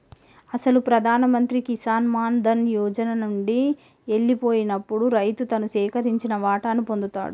అసలు ప్రధాన మంత్రి కిసాన్ మాన్ ధన్ యోజన నండి ఎల్లిపోయినప్పుడు రైతు తను సేకరించిన వాటాను పొందుతాడు